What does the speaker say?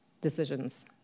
decisions